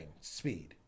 speed